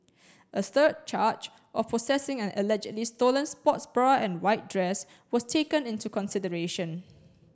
a third charge of possessing an allegedly stolen sports bra and white dress was taken into consideration